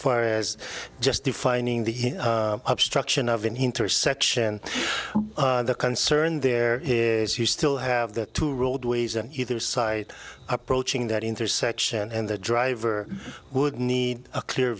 is just defining the obstruction of an intersection the concern there you still have the two roadways and either side approaching that intersection and the driver would need a clear